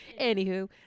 Anywho